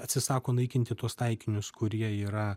atsisako naikinti tuos taikinius kurie yra